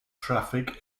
traffic